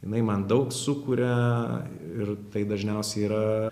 jinai man daug sukuria ir tai dažniausiai yra